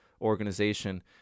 organization